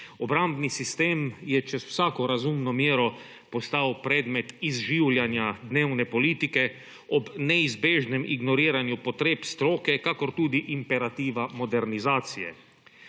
Obrambni sistem je čez vsako razumno mero postal predmet izživljanja dnevne politike ob neizbežnem ignoriranju potreb stroke ter tudi imperativa modernizacije.